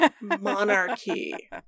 monarchy